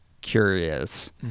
curious